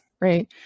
right